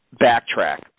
backtrack